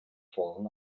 fallen